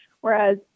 Whereas